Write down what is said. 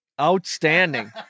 Outstanding